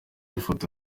ifoto